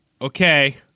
okay